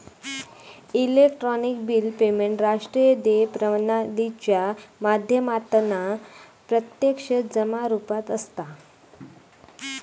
electronic bill payment राष्ट्रीय देय प्रणालीच्या माध्यमातना प्रत्यक्ष जमा रुपात असता